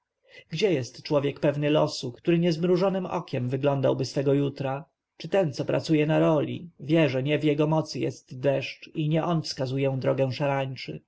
gdzie jest człowiek pewny losu który niezmrużonem okiem wyglądałby swego jutra czy ten co pracując na roli wie że nie w jego mocy jest deszcz i nie on wskazuje drogę szarańczy